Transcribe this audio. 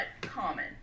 common